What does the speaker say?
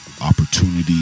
opportunity